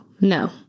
No